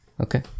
Okay